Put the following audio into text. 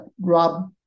rob